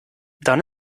dann